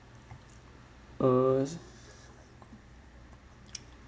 uh